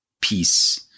peace